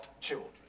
children